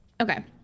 okay